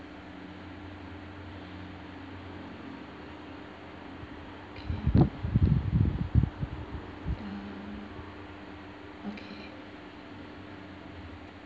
okay okay